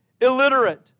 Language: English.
illiterate